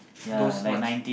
those ones